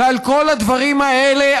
ועל כל הדברים האלה,